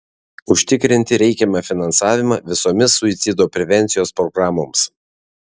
užtikrinti reikiamą finansavimą visomis suicido prevencijos programoms